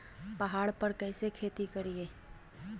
पहाड़ पर खेती कैसे करीये?